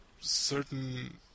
certain